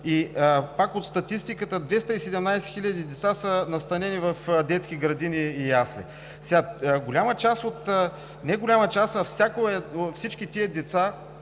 Пак от статистиката: 217 хиляди деца са настанени в детски градини и ясли. Голяма част, не голяма част, а всички тези деца